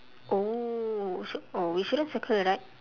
oh so oh we shouldn't circle right